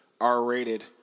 R-rated